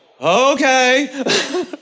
okay